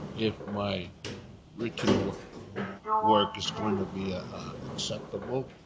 if my written work work is going to be acceptable?